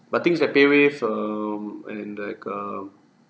but things like paywave um and like um